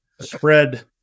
spread